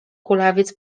kulawiec